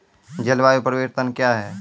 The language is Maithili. जलवायु परिवर्तन कया हैं?